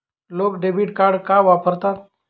लोक debit card का वापरतात?